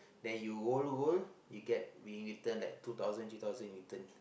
then you roll roll you get be return like two thousand three thousand in return